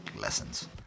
lessons